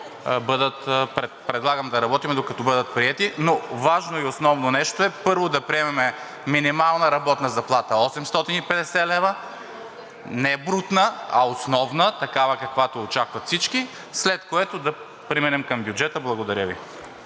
предлагам да работим, докато бъдат приети, но важно и основно нещо е, първо, да приемем минимална работна заплата 850 лв., не брутна, а основна, такава, каквато очакват всички, след което да преминем към бюджета. Благодаря Ви.